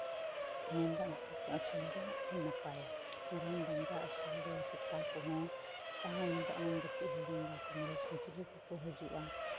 ᱢᱮᱱᱫᱟ ᱩᱝᱠᱩ ᱠᱚ ᱟᱥᱩᱞ ᱫᱚ ᱟᱹᱰᱤ ᱱᱟᱯᱟᱭᱟ ᱢᱮᱨᱚᱢ ᱰᱟᱝᱨᱟ ᱟᱹᱥᱩᱞ ᱫᱚ ᱥᱮᱛᱟ ᱠᱚᱦᱚᱸ ᱥᱮᱛᱟ ᱦᱚᱸ ᱧᱤᱫᱟᱹ ᱟᱢᱮ ᱡᱟᱹᱯᱤᱫ ᱦᱤᱲᱤᱧᱫᱟ ᱠᱩᱢᱵᱲᱩ ᱠᱚ ᱪᱤᱞᱤ ᱠᱚᱠᱚ ᱦᱤᱡᱩᱜᱼᱟ